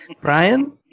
Brian